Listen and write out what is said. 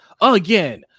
again